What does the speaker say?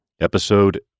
episode